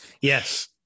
yes